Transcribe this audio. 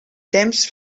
temps